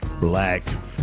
Black